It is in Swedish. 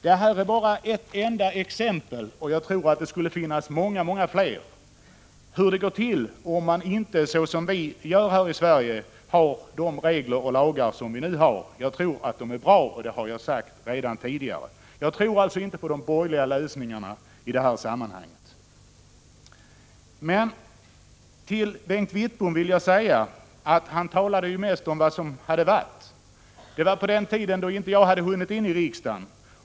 Det här är bara ett enda exempel — och jag tror att det finns många fler — på hur det går till om man inte gör som vi gör här i Sverige och har de regler och lagar som vi nu har. Jag tror att de är bra, och det har jag sagt redan tidigare. Jag tror alltså inte på de borgerliga lösningarna i det här sammanhanget. Bengt Wittbom talade mest om vad som har varit, om en tid då jag ännu inte hade kommit in i riksdagen.